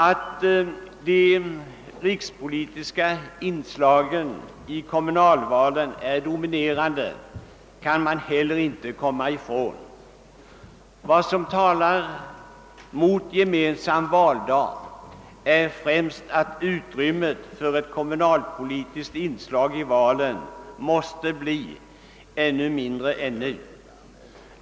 Att de rikspolitiska inslagen i kommunalvalen. är dominerande kan man inte heller komma ifrån. Vad som talar mot en gemensam valdag är främst att utrymmet för ett kommunalpolitiskt inslag i valen då måste bli ännu mindre än nu.